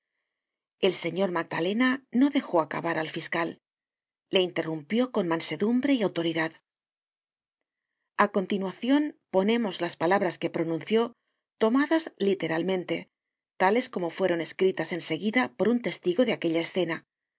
el señor magdalena no dejó acabar al fiscal le interrumpió con mansedumbre y autoridad a continuacion ponemos las palabras que pronunció tomadas literalmente tales como fueron escritas en seguida por un testigo de aquella escena